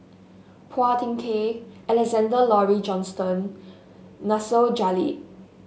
Phua Thin Kiay Alexander Laurie Johnston Nasir Jalil